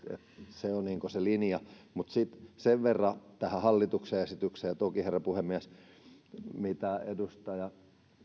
se on se linja että mielellänsä ulkomaille sitten kärsimään niitä rangaistuksia sen verran tähän hallituksen esitykseen toki herra puhemies että niin kuin edustaja tässä takana